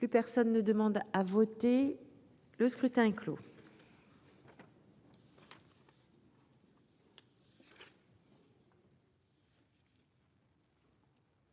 Plus personne ne demande à voter. Le scrutin clos.